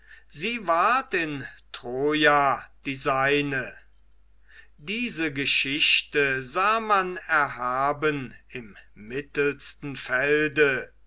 sie ward in troja die seine diese geschichte sah man erhaben im mittelsten felde